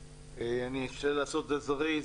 אני אשתדל לעשות את זה זריז.